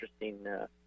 interesting